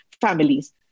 families